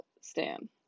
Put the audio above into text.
Stan